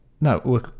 no